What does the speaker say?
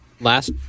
Last